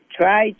try